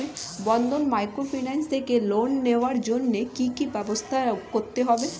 বন্ধন microfinance থেকে loan নেওয়ার জন্য কি কি ব্যবস্থা করতে হবে?